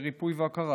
ריפוי והכרה,